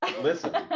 listen